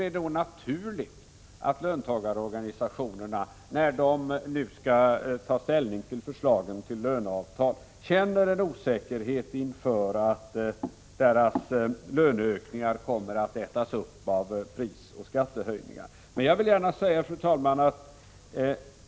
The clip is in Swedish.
Det är då naturligt att löntagarorganisationerna, när de skall ta ställning till förslagen till löneavtal, känner osäkerhet för att deras löneökningar skall ätas upp av prisoch skattehöjningar. Fru talman!